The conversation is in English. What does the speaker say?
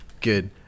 Good